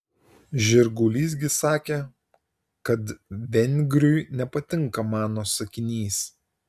žirgulys gi sakė kad vengriui nepatinka mano sakinys